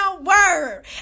word